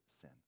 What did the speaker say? sin